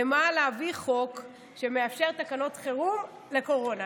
למה להביא חוק שמאפשר תקנות חירום לקורונה?